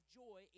joy